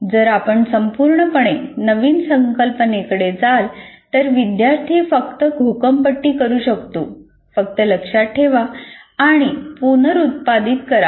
जर आपण संपूर्णपणे नवीन संकल्पनेकडे जाल तर विद्यार्थी फक्त घोकंपट्टी करू शकतो फक्त लक्षात ठेवा आणि पुनरुत्पादित करा